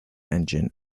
engine